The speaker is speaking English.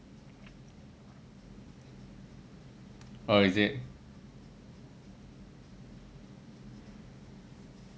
oh is it